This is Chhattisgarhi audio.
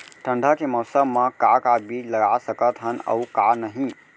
ठंडा के मौसम मा का का बीज लगा सकत हन अऊ का नही?